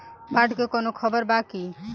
बाढ़ के कवनों खबर बा की?